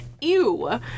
Ew